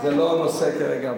זה לא הנושא כרגע,